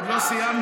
עוד לא סיימנו.